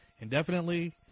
indefinitely